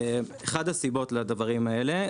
אחת הסיבות לדברים האלה,